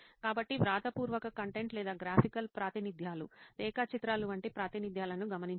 కాబట్టి వ్రాతపూర్వక కంటెంట్ లేదా గ్రాఫికల్ ప్రాతినిధ్యాలు రేఖాచిత్రాలు వంటి ప్రాతినిధ్యాలను గమనించండి